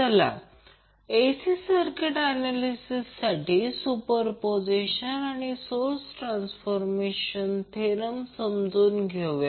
चला तर AC circuit ऍनॅलिसिससाठी सुपरपोझिशन आणि सोर्स ट्रान्सफारमेशन थेरम समजून घेऊया